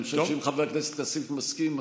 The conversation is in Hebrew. אני חושב שאם חבר הכנסת כסיף מסכים,